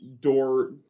door